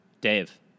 Dave